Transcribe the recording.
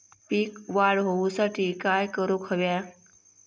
पीक वाढ होऊसाठी काय करूक हव्या?